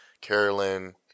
Carolyn